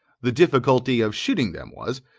the difficulty of shooting them was,